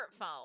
smartphone